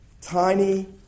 tiny